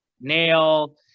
nail